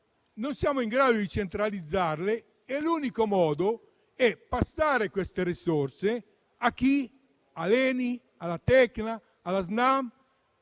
non siete in grado di centralizzarle e l'unico modo è passare queste risorse all'ENI, alla Terna, alla Snam,